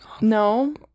No